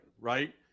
right